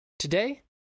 Today